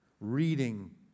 Reading